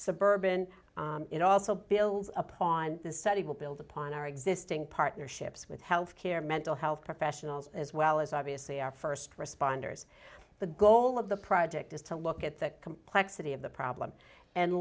suburban it also builds upon this study will build upon our existing partnerships with health care mental health professionals as well as obviously our first responders the goal of the project is to look at the complexity of the problem and